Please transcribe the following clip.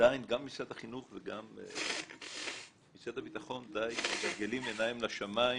משרד החינוך וגם משרד הביטחון מגלגלים עיניהם לשמיים